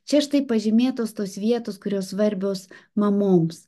čia štai pažymėtos tos vietos kurios svarbios mamoms